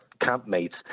campmates